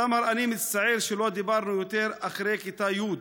סמר, אני מצטער שלא דיברנו יותר אחרי כיתה י',